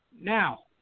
Now